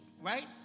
right